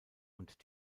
und